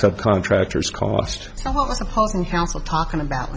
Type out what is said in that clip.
subcontractors cost council talking about